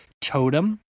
totem